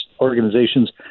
organizations